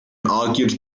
argued